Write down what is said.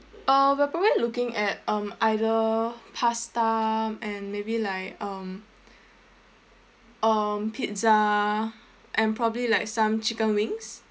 uh we're probably looking at um either pasta and maybe like um um pizza and probably like some chicken wings